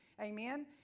amen